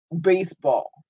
baseball